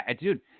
dude